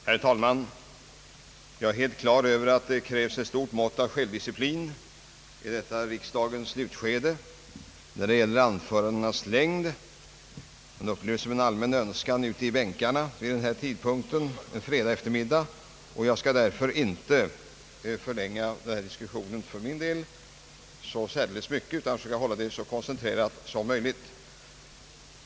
Herr talman! Jag är helt klar över att det krävs ett stort mått av självdisciplin i detta riksdagens slutskede när det gäller anförandenas längd. Detta är en allmän önskan ute i bänkarna: vid denna tidpunkt, en fredagseftermiddag, och jag skall därför inte förlänga denna diskussion särdeles mycket, utan försöka hålla mitt anförande så koncentrerat som möjligt.